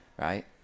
Right